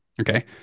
okay